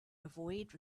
avoid